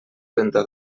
trenta